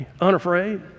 unafraid